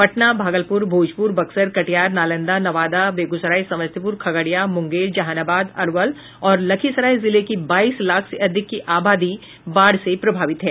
पटना भागलपुर भोजपुर बक्सर कटिहार नालंदा नवादा बेगूसराय समस्तीपुर खगड़िया मुंगेर जहानाबाद अरवल और लखीसराय जिले की बाईस लाख से अधिक की आबादी बाढ़ से प्रभावित है